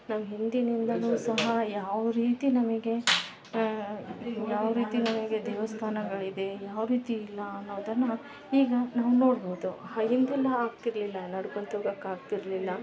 ನಮ್ಮ ಹಿಂದಿನಿಂದ ಸಹ ಯಾವ್ರೀತಿ ನಮಗೆ ಯಾವ ರೀತಿ ನಮಗೆ ದೇವಸ್ಥಾನಗಳಿದೆ ಯಾವ್ರೀತಿ ಇಲ್ಲ ಅನ್ನೋದನ್ನು ಈಗ ನಾವು ನೋಡ್ಬೋದು ಹಿಂದೆಲ್ಲ ಆಗ್ತಿರಲಿಲ್ಲ ನಡ್ಕೊತ ಹೋಗೋಕೆ ಆಗ್ತಿರಲಿಲ್ಲ